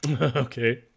okay